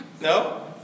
No